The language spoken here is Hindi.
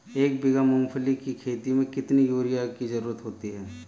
एक बीघा मूंगफली की खेती में कितनी यूरिया की ज़रुरत होती है?